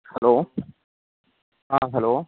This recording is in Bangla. হ্যালো হ্যাঁ হ্যালো